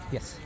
Yes